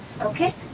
Okay